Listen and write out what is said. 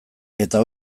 eta